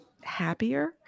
happier